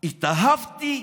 התאהבתי,